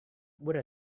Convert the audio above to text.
with